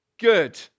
good